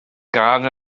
gân